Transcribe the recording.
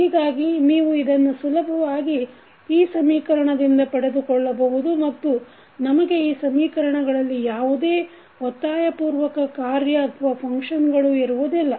ಹೀಗಾಗಿ ನೀವು ಇದನ್ನು ಸುಲಭವಾಗಿ ಈ ಸಮೀಕರಣದಿಂದ ಪಡೆದುಕೊಳ್ಳಬಹುದು ಮತ್ತು ನಮಗೆ ಈ ಸಮೀಕರಣಗಳಲ್ಲಿ ಯಾವುದೇ ಒತ್ತಾಯಪೂರ್ವಕ ಕಾರ್ಯ ಇರುವುದಿಲ್ಲ